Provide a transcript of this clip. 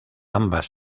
ambas